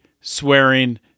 swearing